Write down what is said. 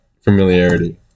familiarity